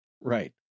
right